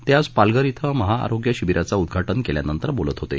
ते आज पालघर इथं महाआरोग्य शिबिराचं उद्घाटन केल्यानंतर बोलत होते